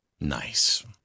Nice